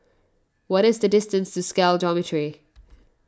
what is the distance to Scal Dormitory